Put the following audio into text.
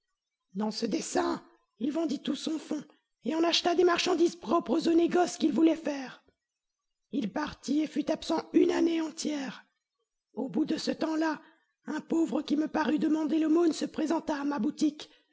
dans ce dessein il vendit tout son fonds et en acheta des marchandises propres au négoce qu'il voulait faire il partit et fut absent une année entière au bout de ce tempslà un pauvre qui me parut demander l'aumône se présenta à ma boutique